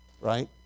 Right